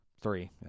Three